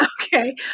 Okay